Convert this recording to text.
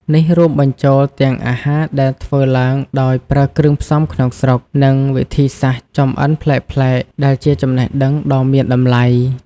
នេះរួមបញ្ចូលទាំងអាហារដែលធ្វើឡើងដោយប្រើគ្រឿងផ្សំក្នុងស្រុក និងវិធីសាស្រ្តចម្អិនប្លែកៗ ដែលជាចំណេះដឹងដ៏មានតម្លៃ។